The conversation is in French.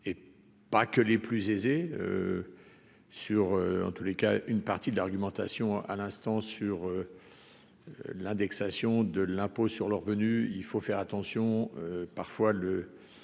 et pas que les plus aisés sur en tous les cas une partie de l'argumentation à l'instant sur l'indexation de l'impôt sur le revenu, il faut faire attention parfois le,